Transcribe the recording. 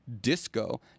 Disco